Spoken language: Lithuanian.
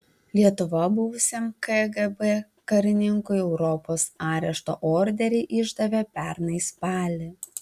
lietuva buvusiam kgb karininkui europos arešto orderį išdavė pernai spalį